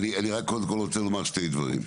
אני רק רוצה לומר שני דברים,